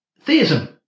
theism